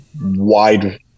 wide